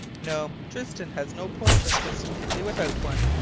no, tristan has no port, and tristan can do without one.